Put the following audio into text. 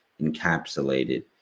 encapsulated